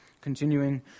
Continuing